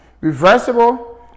reversible